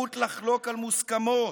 הזכות לחלוק על מוסכמות,